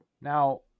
Now